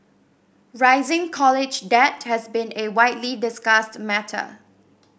rising college debt has been a widely discussed matter